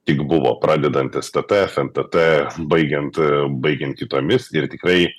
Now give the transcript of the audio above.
tik buvo pradedant stt ntt baigiant baigiant kitomis ir tikrai